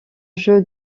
jeu